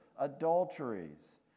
adulteries